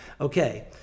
Okay